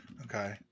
Okay